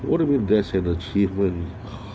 what you mean there's an achievement